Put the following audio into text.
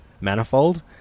Manifold